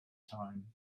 time